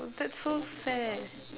that's so sad